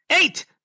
Eight